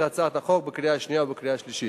הצעת החוק בקריאה השנייה ובקריאה השלישית.